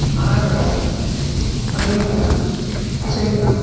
भारतम् America China